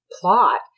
plot